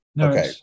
okay